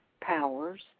powers